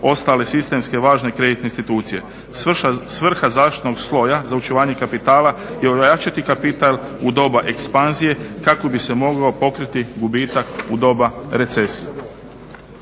ostali sistemski važne kreditne institucije. Svrha zaštitnog sloja za očuvanje kapitala je ojačati kapital u doba ekspanzije kako bi se mogao pokriti gubitak u doba recesije.